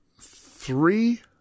three